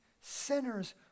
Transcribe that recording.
sinners